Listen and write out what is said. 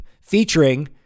featuring